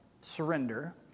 surrender